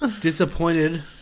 disappointed